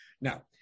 Now